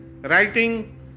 writing